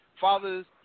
Fathers